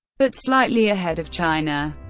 but slightly ahead of china.